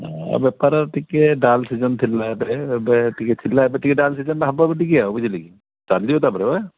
ବେପାର ଟିକିଏ dull season ଥିଲା ଏବେ ଏବେ ଟିକେ ଥିଲା ଏବେ ଟିକେ ଡାଲ ସିଜନ୍ଟା ହବ ଟିକେ ଆଉ ବୁଝିଲେ କି ଚାଲିଯିବ ତା'ପରେ ବା